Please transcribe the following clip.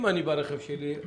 אם אני ברכב שלי,